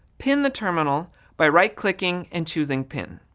pin the terminal by right-clicking and choosing pin.